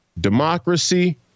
democracy